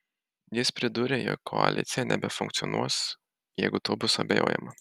jis pridūrė jog koalicija nebefunkcionuos jeigu tuo bus abejojama